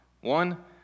One